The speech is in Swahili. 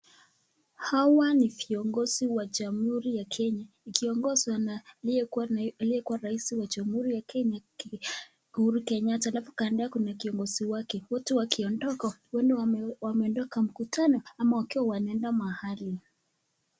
Hawa ni viongozi wa jamhuri ya Kenya akiongozwa na aliyekuwa rais wa jamhuri ya Kenya, Uhuru Kenyatta. Hapo kando kuna kiongozi wake. Wote wakiondoka kwani wametoka mkutano ama wakiwa wanaenda mahali.